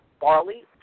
barley